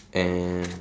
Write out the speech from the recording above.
and